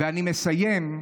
ואני מסיים.